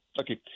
Okay